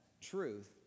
truth